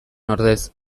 ordez